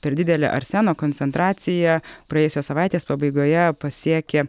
per didelė arseno koncentracija praėjusios savaitės pabaigoje pasiekė